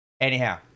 Anyhow